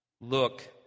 look